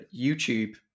YouTube